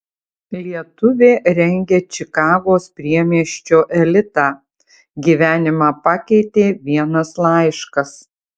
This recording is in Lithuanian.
lietuvė rengia čikagos priemiesčio elitą gyvenimą pakeitė vienas laiškas